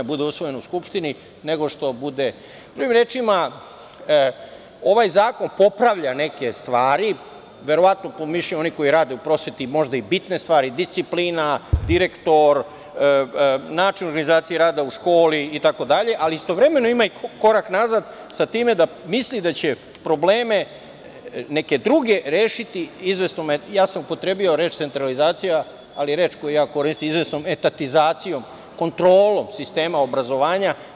Drugim rečima, ovaj zakon popravlja neke stvari, verovatno po mišljenju onih koji rade u prosveti možda i bitne stvari, disciplina, direktor, način organizacije rada u školi itd, ali istovremeno ima i korak nazad sa time da misli da će neke druge probleme rešiti izvesnom, ja sam upotrebio reč centralizacija, ali reč koju ja koristim – izvesnom etatizacijom, kontrolom sistema obrazovanja.